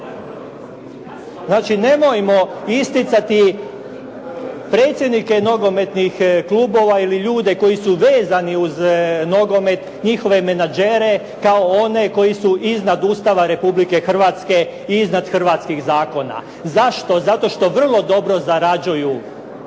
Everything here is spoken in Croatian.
Znači, nemojmo isticati predsjednike nogometnih klubova ili ljude koji su vezani uz nogomet, njihove menadžere kao one koji su iznad Ustava Republike Hrvatske i iznad hrvatskih zakona. Zašto? Zato što vrlo dobro zarađuju